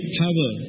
power